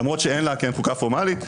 למרות שאין לה כן חוקה פורמלית.